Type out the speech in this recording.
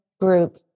group